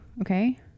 okay